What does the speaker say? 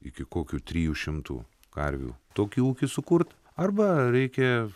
iki kokių trijų šimtų karvių tokį ūkį sukurt arba reikia